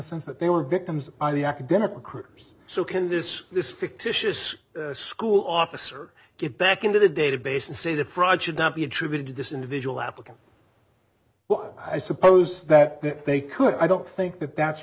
sense that they were victims of the academic critters so can this this fictitious school officer get back into the database and say the fraud should not be attributed to this individual applicant well i suppose that they could i don't think that that's